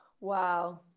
Wow